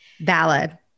Valid